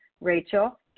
Rachel